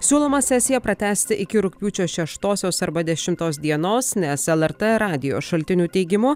siūloma sesiją pratęsti iki rugpjūčio šeštosios arba dešimtos dienos nes lrt radijo šaltinių teigimu